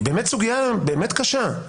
סוגיה באמת קשה,